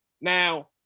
Now